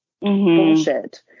bullshit